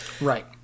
Right